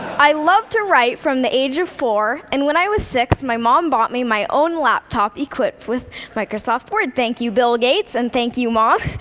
i loved to write from the age of four, and when i was six, my mom bought me my own laptop equipped with microsoft word. thank you, bill gates, and thank you, ma.